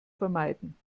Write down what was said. vermeiden